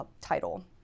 title